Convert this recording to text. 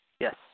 Yes